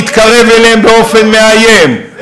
להתקרב אליהם באופן מאיים,